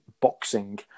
boxing